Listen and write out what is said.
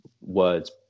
words